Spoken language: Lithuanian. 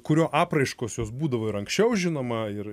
kurio apraiškos jos būdavo ir anksčiau žinoma ir